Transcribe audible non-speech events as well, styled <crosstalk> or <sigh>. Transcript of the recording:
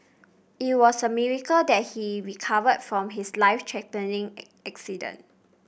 it was a miracle that he recovered from his life threatening <unintelligible> accident